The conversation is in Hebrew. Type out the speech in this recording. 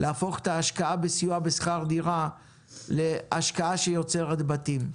להפוך את ההשקעה בסיוע בשכר דירה להשקעה שיוצרת בתים.